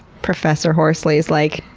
professor horsley's like,